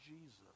Jesus